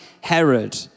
Herod